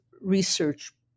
Research